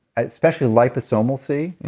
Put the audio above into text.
especially liposomal c,